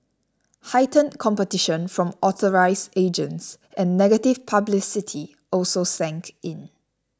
heightened competition from authorised agents and negative publicity also sank in